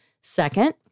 Second